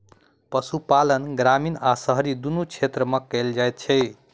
पशुपालन ग्रामीण आ शहरी दुनू क्षेत्र मे कयल जाइत छै